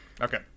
Okay